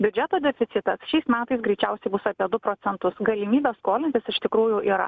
biudžeto deficitas šiais metais greičiausiai bus apie du procentus galimybė skolintis iš tikrųjų yra